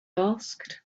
asked